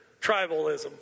tribalism